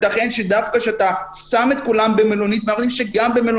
ייתכן שדווקא בזה שאתה שם את כולם במלונית שאומרים שהתנאים